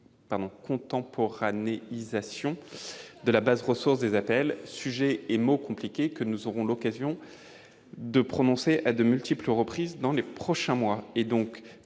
sur la contemporanéisation de la base ressource des APL. C'est un sujet et un mot compliqués, mot que nous aurons l'occasion de prononcer à de multiples reprises au cours des prochains mois.